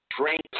drink